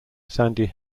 sandy